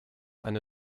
eine